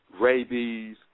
rabies